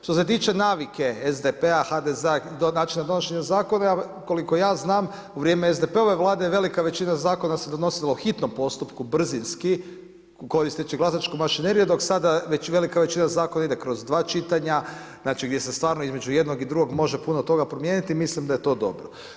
Što se tiče navike SDP-a, HDZ-a način donošenja zakona, koliko ja znam, u vrijeme SDP-ove vlade velika većina zakona se donosila u hitnom postupku brzinski, koristeći glasačku mašineriju, dok sada velika količina zakona ide kroz 2 čitanja, znači gdje se stvarno između jednog i drugog može puno toga promijeniti, mislim da je to dobro.